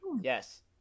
Yes